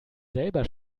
selber